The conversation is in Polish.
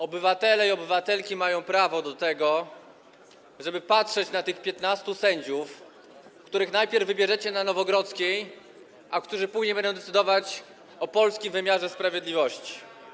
Obywatele i obywatelki mają prawo do tego, żeby patrzeć na tych 15 sędziów, których najpierw wybierzecie na Nowogrodzkiej, a którzy później będą decydować o polskim wymiarze sprawiedliwości.